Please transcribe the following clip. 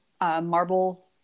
marble